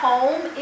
Home